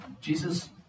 Jesus